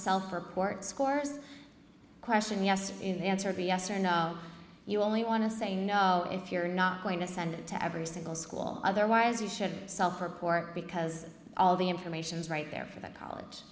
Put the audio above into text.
sell for court scores question yes in the answer be yes or no you only want to say no if you're not going to send it to every single school otherwise you should sell for pork because all the information's right there for the college